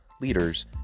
leaders